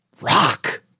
rock